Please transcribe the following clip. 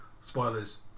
spoilers